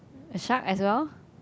a shark as well